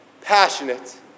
passionate